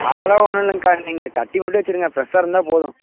அதெல்லாம் ஒன்று இல்லைங்கக்கா நீங்கள் கட்டி மட்டும் வச்சுருங்க ஃப்ரெஷ்ஷாக இருந்தால் போதும்